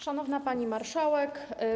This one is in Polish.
Szanowna Pani Marszałek!